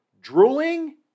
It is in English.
drooling